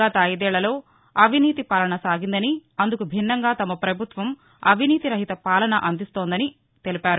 గత ఐదేళ్లలో అవినీతి పాలన సాగిందని అందుకు భిన్నంగా తమ పభుత్వం అవినీతిరహిత పాలన అందిస్తుందని ఆయన తెలిపారు